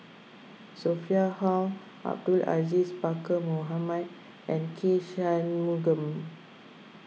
Sophia Hull Abdul Aziz Pakkeer Mohamed and K Shanmugam